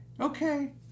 okay